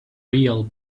real